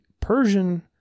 Persian